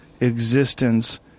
existence